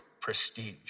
prestige